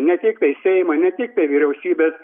ne tiktai seimo ne tiktai vyriausybės